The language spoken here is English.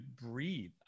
breathe